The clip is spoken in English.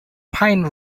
pine